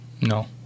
no